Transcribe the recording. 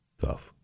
Tough